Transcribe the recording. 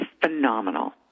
phenomenal